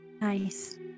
nice